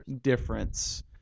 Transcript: difference